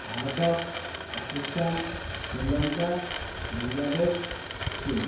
Bharat Pakistan Sri Lanka Bangladesh Chin